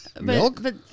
Milk